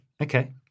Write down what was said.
Okay